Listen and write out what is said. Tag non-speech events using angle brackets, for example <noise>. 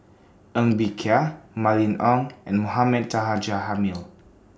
Ng Bee Kia Mylene Ong and Mohamed Taha <unintelligible> Jamil